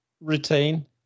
retain